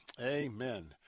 Amen